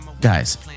guys